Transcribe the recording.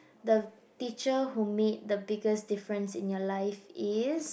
the teacher who made the biggest difference in your life is